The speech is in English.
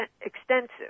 extensive